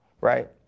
right